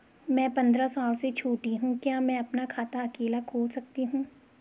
मैं पंद्रह साल से छोटी हूँ क्या मैं अपना खाता अकेला खोल सकती हूँ?